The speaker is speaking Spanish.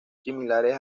similares